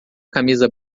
camisa